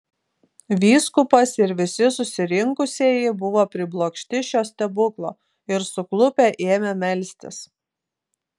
vyskupas ir visi susirinkusieji buvo priblokšti šio stebuklo ir suklupę ėmė melstis